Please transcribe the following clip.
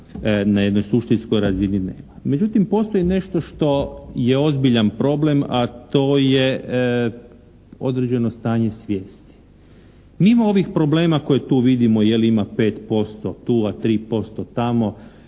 na jednoj suštinskoj razini nema. Međutim, postoji nešto što je ozbiljan problema a to je određeno stanje svijesti. Mimo ovih problema koje tu vidimo je li ima 5% tu a 3% tamo,